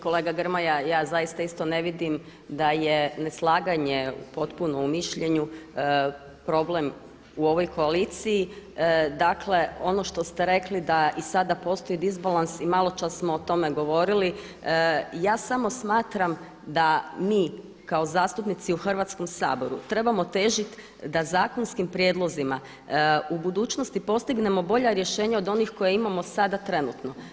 Kolega Grmoja, ja zaista isto ne vidim da je neslaganje potpuno u mišljenju problem u ovoj koaliciji dakle ono što ste rekli da i sada postoji disbalans i maločas smo o tome govorili, ja samo smatram da mi kao zastupnici u Hrvatskom saboru trebamo težiti da zakonskim prijedlozima u budućnosti postignemo bolja rješenja od onih koje imamo sada trenutno.